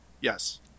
Yes